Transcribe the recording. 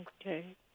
Okay